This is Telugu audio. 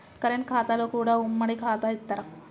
కరెంట్ ఖాతాలో కూడా ఉమ్మడి ఖాతా ఇత్తరా?